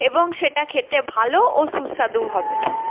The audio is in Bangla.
এবং সেটা খেতে ভালো ও সুস্বাদু হবে